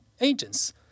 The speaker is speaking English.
agents